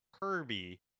Kirby